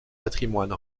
patrimoine